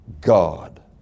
God